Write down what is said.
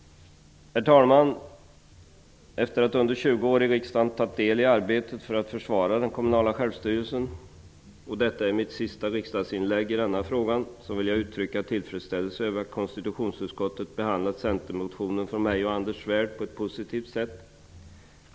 Herr talman! Efter att under 20 år i riksdagen ha tagit del i arbetet för att försvara den kommunala självstyrelsen och detta är mitt sista riksdagsinlägg i denna fråga, vill jag uttrycka tillfredsställelse över att konstitutionsutskottet har behandlat motionen från Anders Svärd och mig på ett positivt sätt.